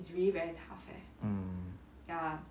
mm